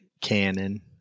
canon